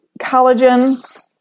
collagen